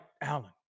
Allen